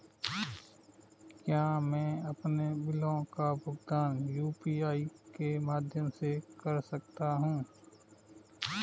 क्या मैं अपने बिलों का भुगतान यू.पी.आई के माध्यम से कर सकता हूँ?